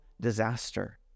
disaster